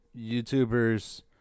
youtubers